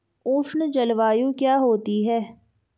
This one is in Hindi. उष्ण जलवायु क्या होती है?